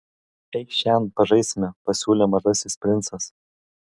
eikš šen pažaisime pasiūlė mažasis princas